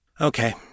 Okay